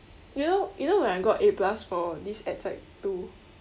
you know you know when I got A plus for this two